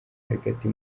hagati